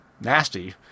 nasty